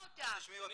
למה מפריעים לו?